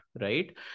right